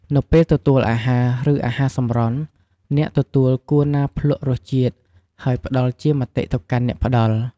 នៅពេលទទួលអាហារ ឬអាហារសម្រន់ អ្នកទទួលគួរណាភ្លួករសជាតិហើយផ្តល់ជាមតិទៅកាន់អ្នកផ្តល់។